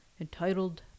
entitled